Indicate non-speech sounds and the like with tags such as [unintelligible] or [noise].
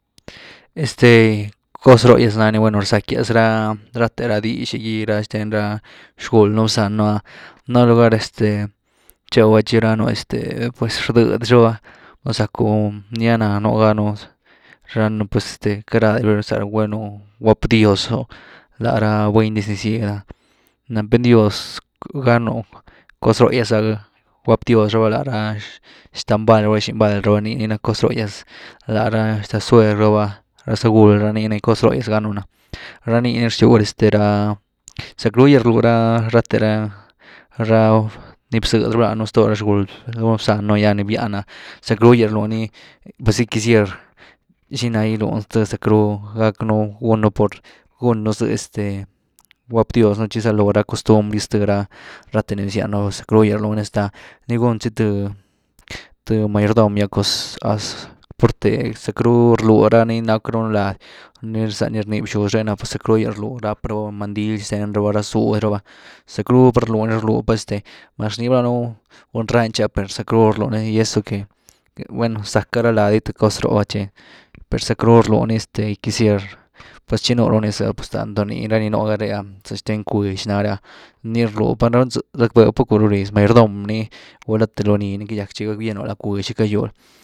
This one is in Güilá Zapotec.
Este cos ró’h gyas nani, bueno, rzack’yas ra- rathe ra dix ‘i gy, ra xten ra xcul’nu bzán’nu nu luguar [hesitation] este tcheu tchi ranu este pues rdëdy raba, val zacku nickla nuganu ránu pues este queity rádi raba [unintelligible] rgwap dios lá ra buny diz ni zyed ‘ah naa péen dios [unintelligible] cos ro’h gyas rgwap dios raba lá ra xtad mbaly raba, xin baly raba nii ni na cos róh’gyas, la ra xtad-suegr raba, rzaguul, nii ni cos róh’gyas ganu na, ranii ni rxiw este rá, [hesitation] zack ruu’gyas rlu ra-rahte rá, rani bzëdy raba la zto ra xgulnu, bzannú niáh, gy ni výan ah zack rugyas rluni, pues xi quisier xinaa gyluny zth zack ru gack nú gun un por guunu zhë este, gyguap dios nú tchi zaloo ra costumbr gy sth, ra rathe ni bzian raba, zack rugyas rlu ni, hasta nii gún zy th-th mayordom gy th cos ¡asu! Pur the zack ruu rlura ni nackw un lady, [unintelligible] za ni rny bxuz re na, pues zack ru rlu rap raba mandil xten raba, ra zudy raba, zackru parluni, rluü este mas rnii raba danün buny ranch per zackruu ru rlu i y eso que, bueno zack k ara lady gy th costo roh per zack ru rlu ni quisier pues chinuu ra ni zh, tanto ni ra ni núgá re’a xten bkwix nare’a niirlu para ni pues rackbew pacu ruliz mayordom ni gula th lony ni cayack tchi gyenu la bckwix gy cayuld.